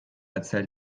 erzählt